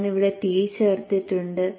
ഞാൻ ഇവിടെ t ചേർത്തിട്ടുണ്ട്